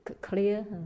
clear